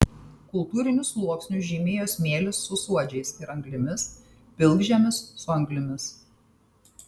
kultūrinius sluoksnius žymėjo smėlis su suodžiais ir anglimis pilkžemis su anglimis